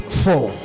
four